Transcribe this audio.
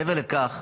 מעבר לכך,